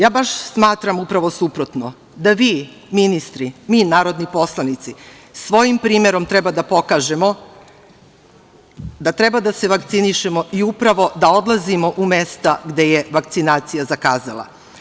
Ja baš smatram upravo suprotno, da vi ministri, mi narodni poslanici svojim primerom treba da pokažemo da treba da se vakcinišemo i upravo da odlazimo u mesta gde je vakcinacija zakazala.